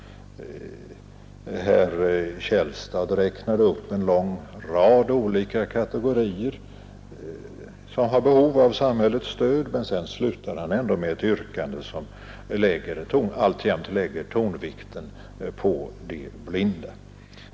Herr Källstad räknade upp en lång rad olika kategorier som har behov av samhällets stöd men slutade ändå med ett yrkande som lägger tonvikten på de blinda.